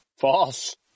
False